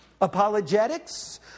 Apologetics